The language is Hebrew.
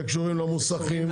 -- שקשורים למוסכים.